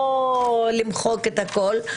לא למחוק את הכל,